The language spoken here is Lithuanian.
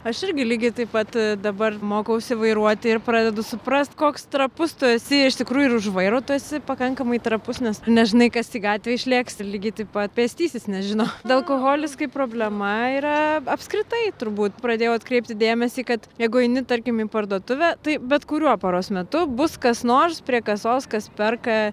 aš irgi lygiai taip pat dabar mokausi vairuoti ir pradedu suprast koks trapus tu esi iš tikrųjų ir už vairo tu esi pakankamai trapus nes nežinai kas į gatvę išlėks lygiai taip pat pėstysis nežino alkoholis kaip problema yra apskritai turbūt pradėjau atkreipti dėmesį kad jeigu eini tarkim į parduotuvę tai bet kuriuo paros metu bus kas nors prie kasos kas perka